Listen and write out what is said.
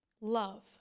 love